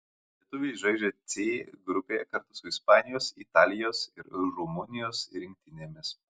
lietuviai žaidžia c grupėje kartu su ispanijos italijos ir rumunijos rinktinėmis